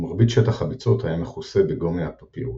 ומרבית שטח הביצות היה מכוסה בגומא הפפירוס.